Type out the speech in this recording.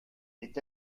est